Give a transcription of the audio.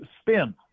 spin